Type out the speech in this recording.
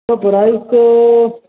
تو پرائز تو